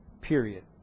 period